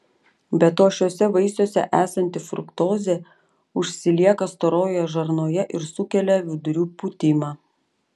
be to šiuose vaisiuose esanti fruktozė užsilieka storojoje žarnoje ir sukelia vidurių pūtimą